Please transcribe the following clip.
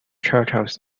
turtles